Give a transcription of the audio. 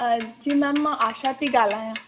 जी ma'am मां आशा थी ॻाल्हायां